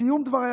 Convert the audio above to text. בסיום דבריי,